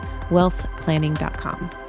wealthplanning.com